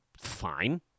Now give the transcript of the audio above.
fine